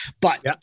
but-